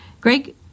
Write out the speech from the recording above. Greg